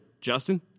Justin